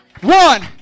One